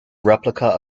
replica